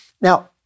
now